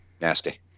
Nasty